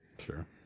sure